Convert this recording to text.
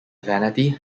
vanity